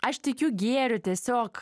aš tikiu gėriu tiesiog